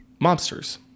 mobsters